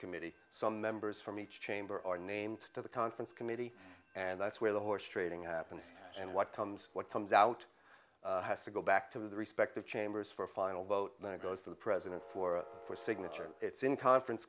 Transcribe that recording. committee some members from each chamber are named to the conference committee and that's where the horse trading happens and what comes what comes out has to go back to the respective chambers for a final vote and then it goes to the president for signature it's in conference